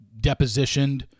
depositioned